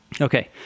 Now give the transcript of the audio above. Okay